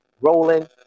rolling